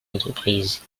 entreprises